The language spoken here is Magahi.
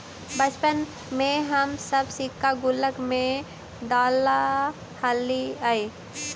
बचपन में हम सब सिक्का गुल्लक में डालऽ हलीअइ